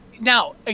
Now